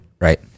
right